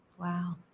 Wow